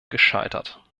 gescheitert